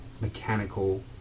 mechanical